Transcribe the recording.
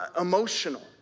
emotional